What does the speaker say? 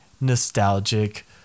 nostalgic